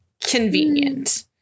Convenient